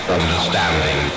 understanding